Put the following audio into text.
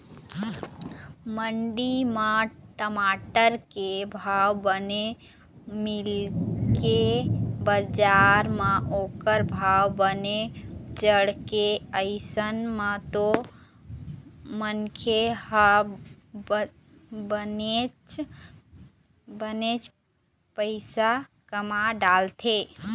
मंडी म टमाटर के भाव बने मिलगे बजार म ओखर भाव बने चढ़गे अइसन म तो मनखे ह बनेच पइसा कमा डरथे